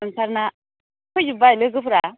ओंखारना फैजोब्बाय लोगोफ्रा